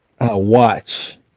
watch